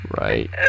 Right